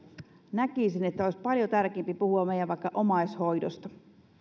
näkisin että meidän olisi paljon tärkeämpää puhua vaikka omaishoidosta